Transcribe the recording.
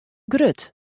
grut